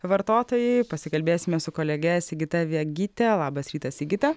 vartotojai pasikalbėsime su kolege sigita vegyte labas rytas sigita